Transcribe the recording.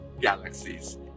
galaxies